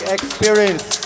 Experience